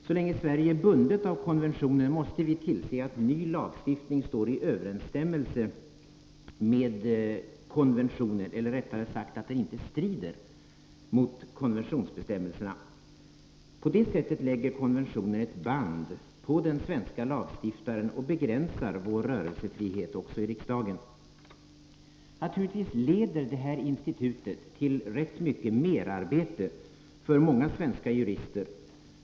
Så länge Sverige är bundet av konventionen måste vi tillse att ny lagstiftning står i överensstämmelse med konventionen, eller rättare sagt inte strider mot konventionsbestämmelserna. På det sättet lägger konventionen ett band på den svenska lagstiftaren och begränsar vår rörelsefrihet också i riksdagen. Naturligtvis leder detta institut till rätt mycket merarbete för många svenska jurister.